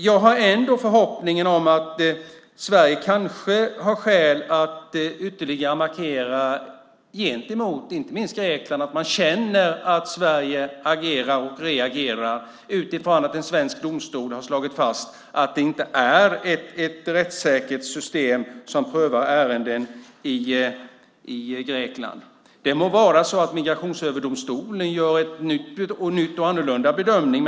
Jag har ändå förhoppningen om att Sverige kanske har skäl att ytterligare markera gentemot inte minst Grekland så att man känner till att Sverige agerar och reagerar utifrån att en svensk domstol har slagit fast att det inte är ett rättssäkert system som prövar ärenden i Grekland. Det må vara så att Migrationsöverdomstolen gör en ny och annorlunda bedömning.